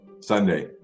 Sunday